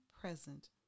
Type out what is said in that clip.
present